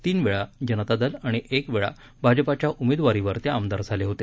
तीन वेळा जनता दल आणि एक वेळा भाजपाच्या उमेदवरीवर ते आमदार झाले होते